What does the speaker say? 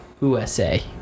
USA